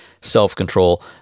self-control